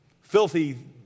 filthy